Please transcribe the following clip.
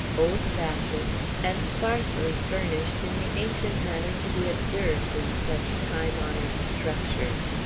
old-fashioned, and sparsely furnished in the ancient manner to be observed in such time-honored structures.